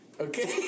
Okay